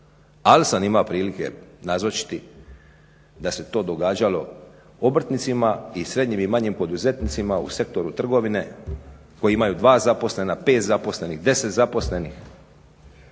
Ali sam imao prilike nazočiti da se to događalo obrtnicima i srednjim i manjim poduzetnicima u sektoru trgovine koji imaju 2 zaposlena, 5 zaposlenih, 10 zaposlenih